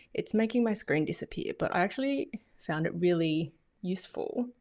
it's making my screen disappear, but i actually found it really useful.